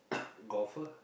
golfer